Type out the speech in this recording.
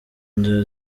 nzira